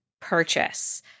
purchase